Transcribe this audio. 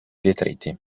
detriti